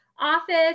office